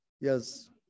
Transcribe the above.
yes